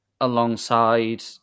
alongside